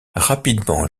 rapidement